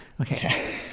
Okay